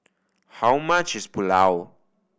how much is Pulao